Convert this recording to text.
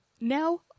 now